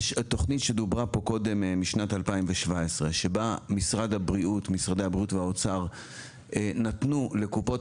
התוכנית שדוברה פה קודם משנת 2017 שבה משרדי הבריאות והאוצר נתנו לקופות